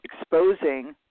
exposing